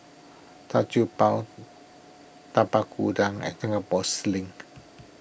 Char Siew Bao Tapak Kuda and Singapore Sling